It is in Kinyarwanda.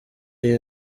iyi